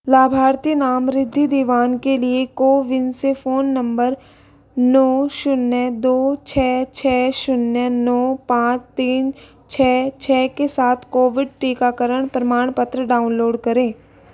लाभार्थी नाम रिद्धि दीवान के लिए कोविन से फ़ोन नंबर नौ शुन्य दो छः छः शून्य नौ पाँच तीन छः छः के साथ कोविड टीकाकरण प्रमाणपत्र डाउनलोड करें